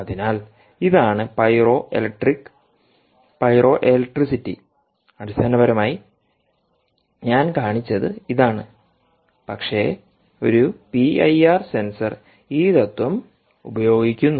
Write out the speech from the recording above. അതിനാൽ ഇതാണ് pyro electric pyroelectricity അടിസ്ഥാനപരമായി ഞാൻ കാണിച്ചത് ഇതാണ് പക്ഷേ ഒരു പിഐആർ സെൻസർ ഈ തത്ത്വം ഉപയോഗിക്കുന്നു